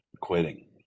quitting